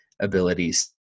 Abilities